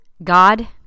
God